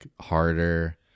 harder